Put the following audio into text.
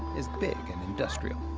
is big and industrial.